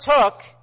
took